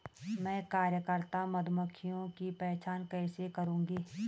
मैं कार्यकर्ता मधुमक्खियों की पहचान कैसे करूंगी?